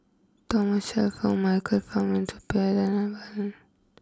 Thomas Shelford Michael Fam and Suppiah Dhanabalan